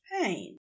pain